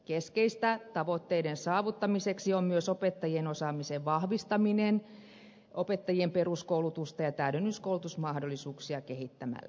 keskeistä tavoitteiden saavuttamiseksi on myös opettajien osaamisen vahvistaminen opettajien peruskoulutusta ja täydennyskoulutusmahdollisuuksia kehittämällä